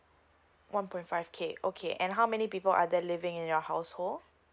one point five K okay and how many people are there living in your household